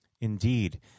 Indeed